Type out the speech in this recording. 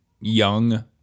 young